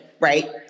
right